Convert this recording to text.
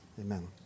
Amen